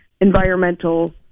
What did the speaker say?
environmental